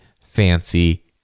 fancy